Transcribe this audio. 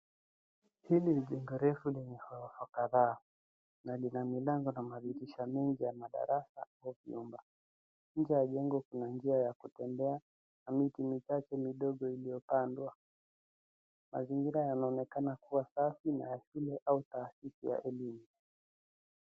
Hili ni jengo refu lenye maua kadhaa na lina milango na madirisha mengi ya madarasa au vyumba. Nje ya jengo kuna njia ya kutembea na miti michache midogo iliyopandwa. Mazingira yanaonekana kuwa safi na ofisi au taasisi ya elimu.